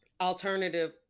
alternative